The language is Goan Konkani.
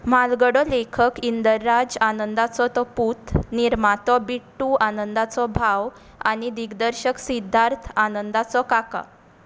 म्हालगडो लेखक इंदर राज आनंदाचो तो पूत निर्मातो बिट्टू आनंदाचो भाव आनी दिग्दर्शक सिद्धार्थ आनंदाचो काका